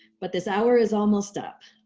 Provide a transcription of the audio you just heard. but this hour is almost up.